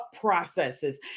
processes